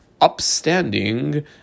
upstanding